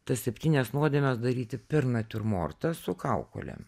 tas septynias nuodėmes daryti per natiurmortą su kaukolėm